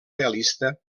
realista